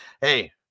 Hey